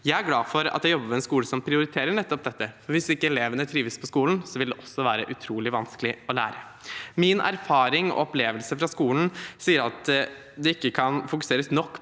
Jeg er glad for at jeg jobber ved en skole som prioriterer nettopp dette. Hvis ikke elevene trives på skolen, vil det også være utrolig vanskelig å lære. Min erfaring og opplevelse fra skolen tilsier at det ikke kan fokuseres nok på